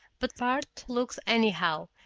but bart looked anyhow,